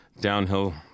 downhill